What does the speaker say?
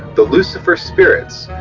the lucifer spirits,